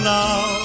now